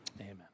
Amen